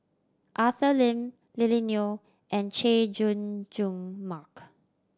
Arthur Lim Lily Neo and Chay Jung Jun Mark